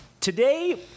today